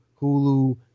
Hulu